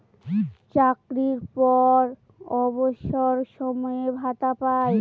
চাকরির পর অবসর সময়ে ভাতা পায়